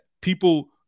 people